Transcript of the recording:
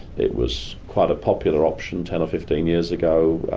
it was quite a popular option ten or fifteen years ago,